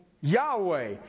Yahweh